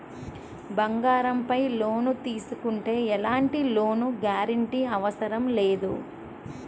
బంగారంపై లోను తీసుకుంటే ఎలాంటి లోను గ్యారంటీ అవసరం లేదు